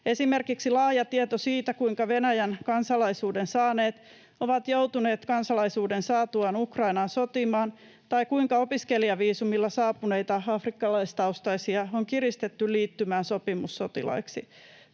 esimerkiksi laajaa tietoa siitä, kuinka Venäjän kansalaisuuden saaneet ovat joutuneet kansalaisuuden saatuaan Ukrainaan sotimaan tai kuinka opiskelijaviisumilla saapuneita afrikkalaistaustaisia on kiristetty liittymään sopimussotilaiksi